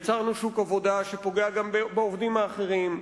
יצרנו שוק עבודה שפוגע גם בעובדים האחרים,